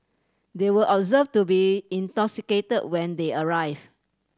they were observed to be intoxicated when they arrived